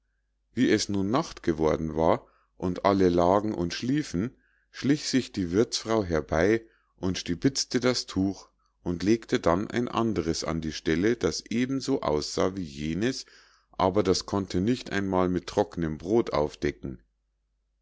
wie es nun nacht geworden war und alle lagen und schliefen schlich sich die wirthsfrau herbei und stipitzte das tuch und legte dann ein andres an die stelle das eben so aussah wie jenes aber das konnte nicht einmal mit trocknem brod aufdecken